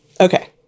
Okay